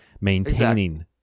maintaining